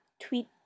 tweet